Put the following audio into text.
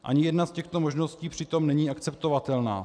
Ani jedna z těchto možností přitom není akceptovatelná.